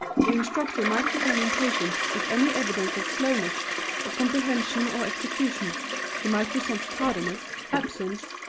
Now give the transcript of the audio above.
the instructor might become impatient at any evidence of slowness of comprehension or execution he might resent tardiness, absence,